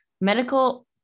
Medical